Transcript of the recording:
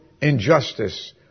injustice